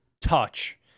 touch